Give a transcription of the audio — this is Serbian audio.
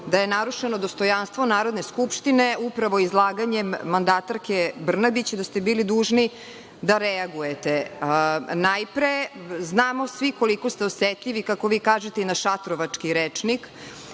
da je narušeno dostojanstvo Narodne skupštine upravo izlaganjem mandatarke Brnabić i da ste bili dužni da reagujete. Najpre, znamo svi koliko ste osetljivi, kako vi kažete, na šatrovački rečnik